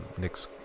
Nick's